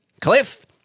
Cliff